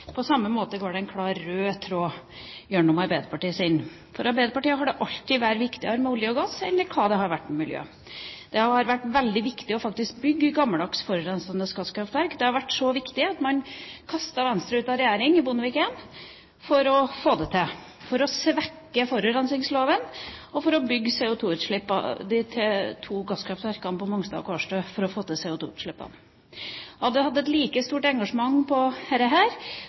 På samme måte går det en klar rød tråd gjennom Arbeiderpartiets. For Arbeiderpartiet har det alltid vært viktigere med olje og gass enn miljøet. Det har vært veldig viktig faktisk å bygge gammeldags, forurensende gasskraftverk. Det var så viktig at man kastet Venstre ut av Bondevik I-regjeringa for å få det til, for å svekke forurensingsloven og for å bygge de to gasskraftverkene på Mongstad og Kårstø med CO2-utslipp. Hadde statsministeren hatt et like stort engasjement her